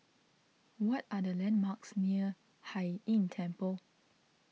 what are the landmarks near Hai Inn Temple